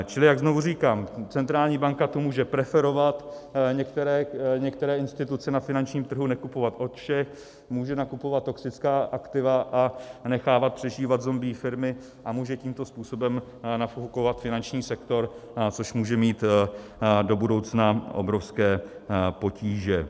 Čili jak znovu říkám, centrální banka tu může preferovat některé instituce na finančním trhu, nekupovat od všech, může nakupovat toxická aktiva a nechávat přežívat zombie firmy a může tímto způsobem nafukovat finanční sektor, což může mít do budoucna obrovské potíže.